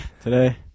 Today